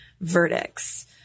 verdicts